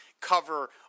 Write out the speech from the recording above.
cover